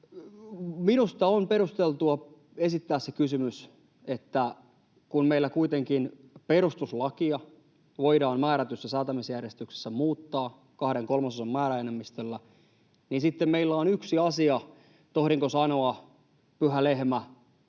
Minusta on perusteltua esittää se kysymys, että kun meillä kuitenkin perustuslakia voidaan määrätyssä säätämisjärjestyksessä muuttaa kahden kolmasosan määräenemmistöllä, niin sitten meillä on yksi asia — tohdinko sanoa pyhä lehmä